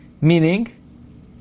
Meaning